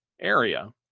area